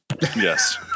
Yes